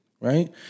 right